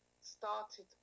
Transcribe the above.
started